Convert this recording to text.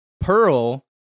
Pearl